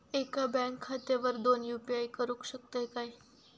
एका बँक खात्यावर दोन यू.पी.आय करुक शकतय काय?